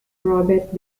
robert